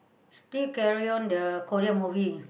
still carry on the Korean movie